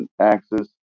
axis